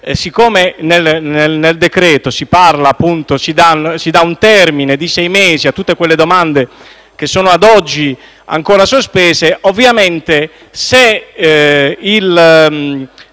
Siccome nel decreto-legge si dà un termine di sei mesi a tutte quelle domande che sono ad oggi ancora sospese, con questi